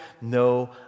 no